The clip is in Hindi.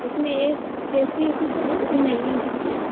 उसमें ए सी उसी चाहिए नहीं